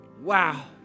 Wow